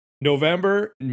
November